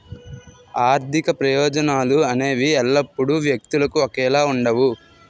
ఆర్థిక ప్రయోజనాలు అనేవి ఎల్లప్పుడూ వ్యక్తులకు ఒకేలా ఉండవు